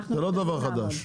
זה לא דבר חדש,